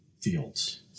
fields